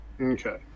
Okay